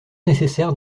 nécessaire